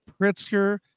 Pritzker